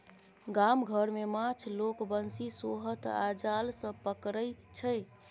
गाम घर मे माछ लोक बंशी, सोहथ आ जाल सँ पकरै छै